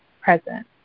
present